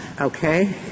okay